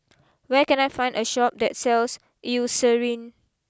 where can I find a Shop that sells Eucerin